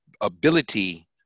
ability